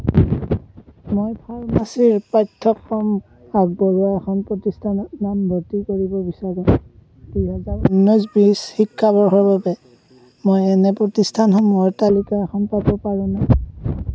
মই ফাৰ্মাচীৰ পাঠ্যক্ৰম আগবঢ়োৱা এখন প্ৰতিষ্ঠানত নামভৰ্তি কৰিব বিচাৰোঁ দুই হাজাৰ ঊনৈছ বিশ শিক্ষাবৰ্ষৰ বাবে মই এনে প্ৰতিষ্ঠানসমূহৰ তালিকা এখন পাব পাৰোঁনে